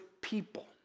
people